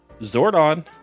Zordon